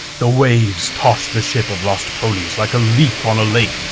the waves tossed the ship of lost ponies like a leaf on a lake,